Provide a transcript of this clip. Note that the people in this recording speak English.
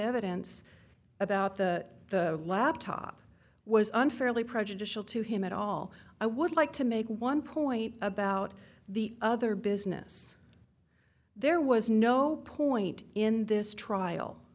evidence about the laptop was unfairly prejudicial to him at all i would like to make one point about the other business there was no point in this trial